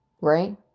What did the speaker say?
right